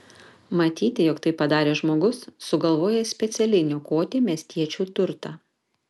matyti jog tai padarė žmogus sugalvojęs specialiai niokoti miestiečių turtą